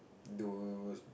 those